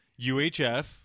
UHF